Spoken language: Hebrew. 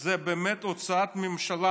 זה באמת הוצאת ממשלה